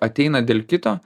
ateina dėl kito